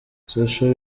social